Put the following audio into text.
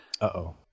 Uh-oh